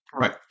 Right